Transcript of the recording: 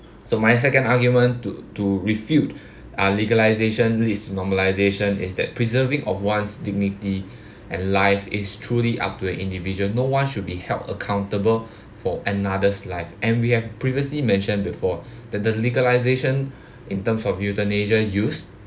so my second argument to to refute are legalization is normalization is that preserving of one's dignity and life is truly up to the individual no one should be held accountable for another's life and we have previously mentioned before that the legalization in terms of euthanasia use